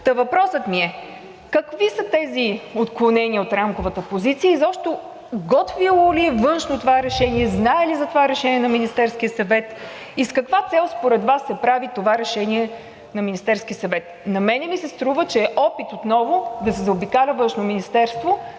Та въпросът ми е: какви са тези отклонения от рамковата позиция, изобщо готвило ли е Външно това решение, знае ли за това решение на Министерския съвет и с каква цел според Вас се прави това решение на Министерския съвет? На мен ми се струва, че е опит отново да се заобикаля Външното министерство,